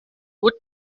woot